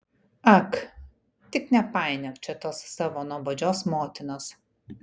ak tik nepainiok čia tos savo nuobodžios motinos